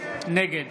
נגד